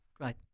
Great